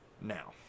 Now